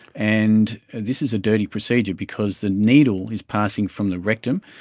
and this is a dirty procedure because the needle is passing from the rectum,